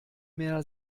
mehr